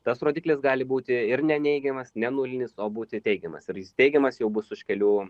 tas rodiklis gali būti ir neneigiamas nenulinis o būti teigiamas ir jis teigiamas jau bus už kelių